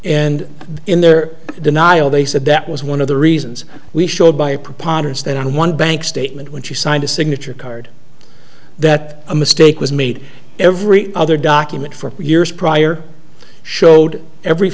and in their denial they said that was one of the reasons we show by a preponderance that on one bank statement when she signed a signature card that a mistake was made every other document for years prior showed every